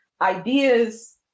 ideas